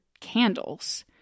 candles